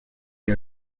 you